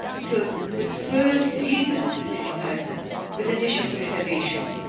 so the first reason to digitize them was an issue of preservation.